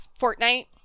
Fortnite